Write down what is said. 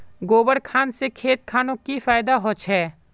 गोबर खान से खेत खानोक की फायदा होछै?